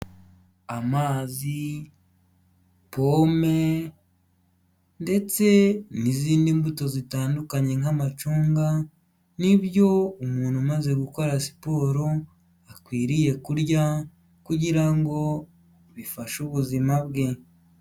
Amazi, pome ndetse n'izindi mbuto zitandukanye nk'amacunga ni ibyo umuntu umaze gukora siporo akwiriye kurya kugira ngo bifashe ubuzima bwe.